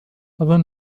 أظن